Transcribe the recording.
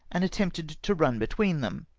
and attempted to run between them,